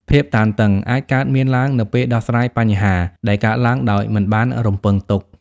ភាពតានតឹងអាចកើតមានឡើងនៅពេលដោះស្រាយបញ្ហាដែលកើតឡើងដោយមិនបានរំពឹងទុក។